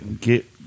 get